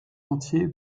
entier